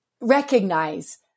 recognize